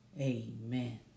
amen